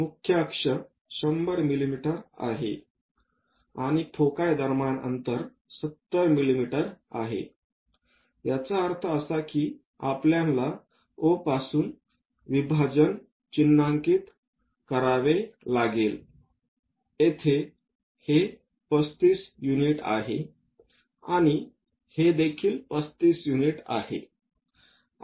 मुख्य अक्ष 100 मिमी आहे आणि फोकाय दरम्यान अंतर 70 मिमी आहे याचा अर्थ असा की आपल्याला O पासून विभाजन चिन्हांकित करावे लागेल येथे हे 35 युनिट आहे आणि हे देखील 35 युनिट्स आहेत